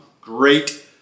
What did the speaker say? Great